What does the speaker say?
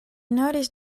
notice